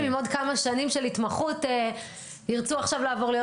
עם עוד כמה שנים של התמחות ירצו עכשיו לעבור להיות